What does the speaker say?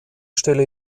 stelle